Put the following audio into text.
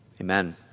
Amen